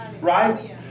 Right